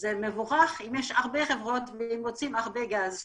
זה מגוחך אם יש הרבה חברות, אם מוצאים הרבה גז.